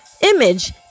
image